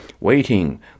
Waiting